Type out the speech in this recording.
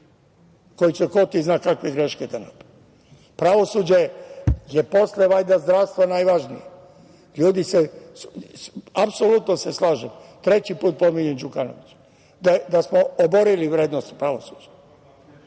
on će ko zna kakve greške da napravi. Pravosuđe je posle zdravstva najvažnije. Apsolutno se slažem, treći put pominjem Đukanovića, da smo oborili vrednost pravosuđa.